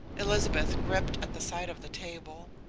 elizabeth gripped at the side of the table.